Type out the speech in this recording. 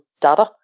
data